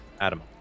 Adam